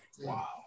Wow